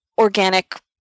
organic